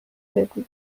بگو